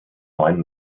neuen